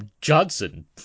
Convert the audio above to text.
Johnson